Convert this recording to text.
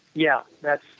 yeah, that's,